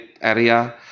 area